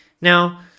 now